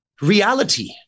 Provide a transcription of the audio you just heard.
reality